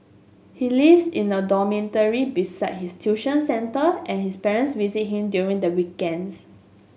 he lives in a dormitory beside his tuition centre and his parents visit him during the weekends